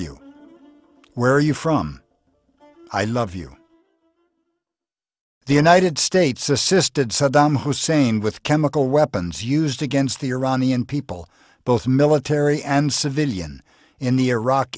you where you from i love you the united states assisted saddam hussein with chemical weapons used against the iranian people both military and civilian in the iraq